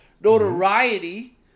notoriety